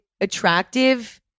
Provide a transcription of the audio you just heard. attractive